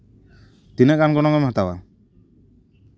ᱛᱤᱱᱟᱹᱜ ᱜᱟᱱ ᱜᱚᱱᱚᱰᱝ ᱮᱢ ᱦᱟᱛᱟᱣᱟ